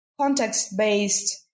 context-based